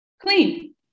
Clean